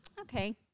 okay